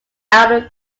outer